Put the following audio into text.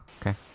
okay